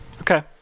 okay